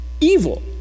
evil